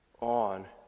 on